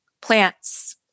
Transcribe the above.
plants